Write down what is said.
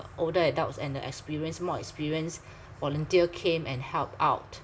older adults and the experienced more experienced volunteer came and help out